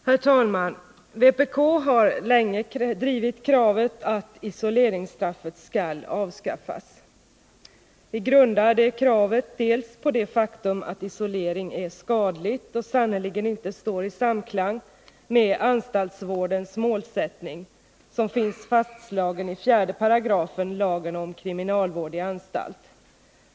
Herr talman! Vpk har länge drivit kravet att isoleringsstraffet skall avskaffas. Vi grundar kravet på det faktum att isolering är skadlig och sannerligen inte står i samklang med anstaltsvårdens målsättning, som finns fastslagen i 4§ lagen om kriminalvård i anstalt.